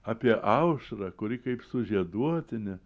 apie aušrą kuri kaip sužieduotine